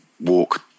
walk